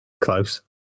close